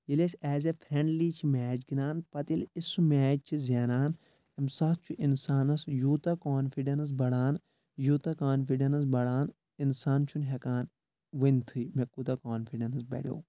ییٚلہِ أسۍ ایٚز اےٚ فرٛؠنٛڈلی چھِ میچ گِنٛدان پَتہٕ ییٚلہِ أسۍ سُہ میچ چھِ زینان امہِ ساتہٕ چھُ اِنسانَس یوٗتاہ کانفِڈَنٕس بَڑان یوٗتاہ کانفِڈَنٕس بَڑان اِنسان چھُنہٕ ہیٚکان ؤنتھٕے مےٚ کوٗتاہ کانفِڈَنںس بَڑیو